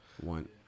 One